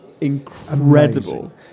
incredible